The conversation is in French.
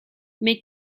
mais